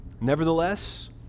Nevertheless